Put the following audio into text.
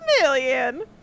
million